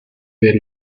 del